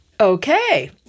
Okay